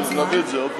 לא מסתדר.